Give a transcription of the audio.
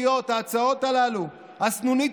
ההצעות הללו יכולות להיות הסנונית